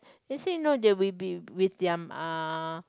they say no they will be with their uh